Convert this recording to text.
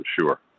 sure